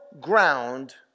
Ground